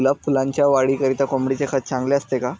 गुलाब फुलाच्या वाढीकरिता कोंबडीचे खत चांगले असते का?